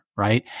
Right